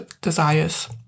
desires